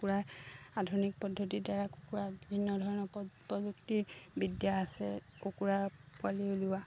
কুকুৰাই আধুনিক পদ্ধতিৰদ্বাৰা কুকুৰা বিভিন্ন ধৰণৰ প্ৰযুক্তিবিদ্যা আছে কুকুৰা পোৱালি উলিওৱা